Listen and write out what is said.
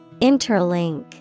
Interlink